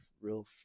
real